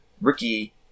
Ricky